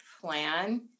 plan